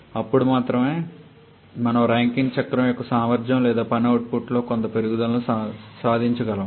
అప్పుడు మాత్రమే మనం రాంకైన్ చక్రం యొక్క సామర్థ్యం లేదా పని అవుట్పుట్లో కొంత పెరుగుదలను సాధించగలము